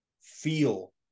feel